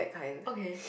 okay